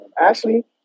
Ashley